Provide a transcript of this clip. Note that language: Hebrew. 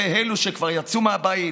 לגבי אלו שכבר יצאו מהבית